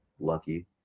Lucky